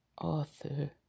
author